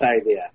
idea